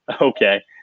okay